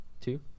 Two